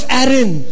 Aaron